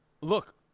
look